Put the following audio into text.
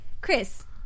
Chris